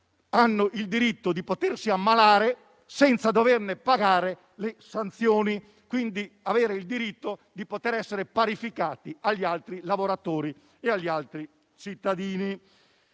hanno il diritto di potersi ammalare senza dover pagare le sanzioni. Avranno quindi il diritto di essere parificati agli altri lavoratori e agli altri cittadini.